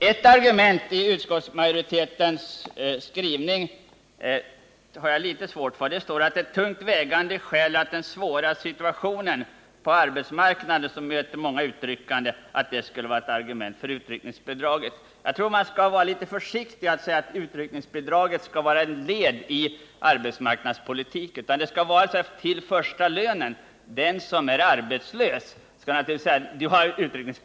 Ett argument i utskottsmajoritetens skrivning är: ”Ett tungt vägande skäl är den svåra situationen på arbetsmarknaden som möter många utryckande.” Jag anser att man bör vara försiktig med att säga att utryckningsbidraget skall vara ett led i arbetsmarknadspolitiken, eftersom det är till för att leva på tills den första lönen utbetalas.